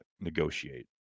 negotiate